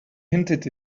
hinted